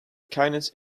keines